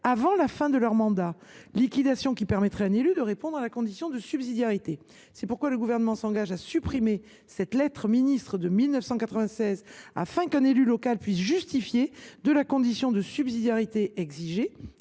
avant la fin de leur mandat, alors qu’une telle liquidation permettrait à un élu de satisfaire à la condition de subsidiarité. C’est pourquoi le Gouvernement s’engage à supprimer cette lettre ministérielle de 1996, afin qu’un élu local puisse justifier de la condition de subsidiarité exigée